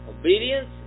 Obedience